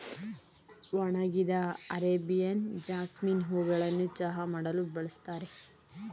ಒಣಗಿದ Arabian jasmine ಹೂಗಳನ್ನು ಚಹಾ ಮಾಡಲು ಬಳ್ಸತ್ತರೆ